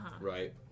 right